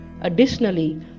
Additionally